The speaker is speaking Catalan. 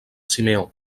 simeó